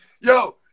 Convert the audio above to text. yo